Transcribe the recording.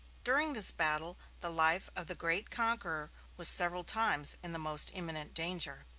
during this battle the life of the great conqueror was several times in the most imminent danger.